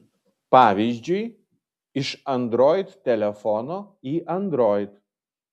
pavyzdžiui iš android telefono į android